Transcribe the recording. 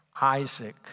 Isaac